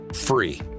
free